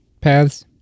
paths